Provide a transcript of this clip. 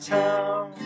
town